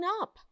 up